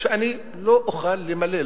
שאני לא אוכל למלא,